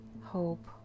hope